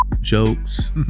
jokes